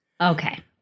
Okay